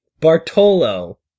Bartolo